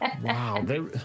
Wow